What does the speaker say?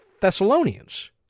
Thessalonians